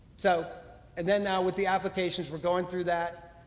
so and then now with the applications we're going through that.